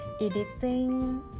editing